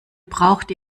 braucht